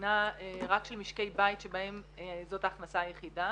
בחינה רק של משקי בית שבהם זאת ההכנסה היחידה.